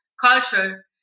culture